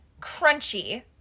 crunchy